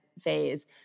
phase